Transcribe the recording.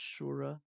Shura